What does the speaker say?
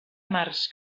març